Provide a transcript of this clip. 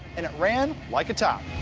and it ran like a top.